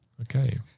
Okay